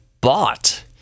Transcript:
bought